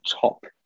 top